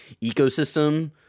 ecosystem